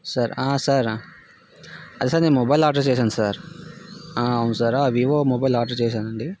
sir ఆ sir sir నేను mobile order చేసాను సార్ ఆ అవును సార్ ఆ వివో మొబైల్ ఆర్డర్ చేసానండి